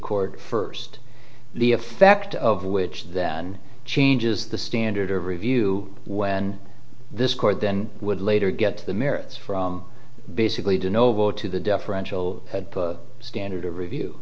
court first the effect of which then changes the standard of review when this court then would later get to the merits from basically to know to the deferential standard of review